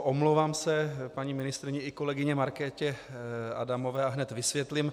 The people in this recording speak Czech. Omlouvám se paní ministryni i kolegyni Markétě Adamové a hned vysvětlím.